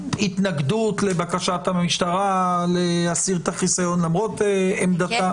התנגדות לבקשת המשטרה להסיר את החיסיון למרות עמדתה.